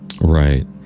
Right